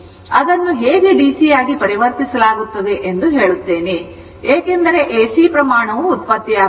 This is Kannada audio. ಅದನ್ನು ಹೇಗೆ ಡಿಸಿ ಆಗಿ ಪರಿವರ್ತಿಸಲಾಗುತ್ತದೆ ಎಂದು ಹೇಳುತ್ತೇನೆ ಏಕೆಂದರೆ ಎಸಿ ಪ್ರಮಾಣವು ಉತ್ಪತ್ತಿಯಾಗುತ್ತದೆ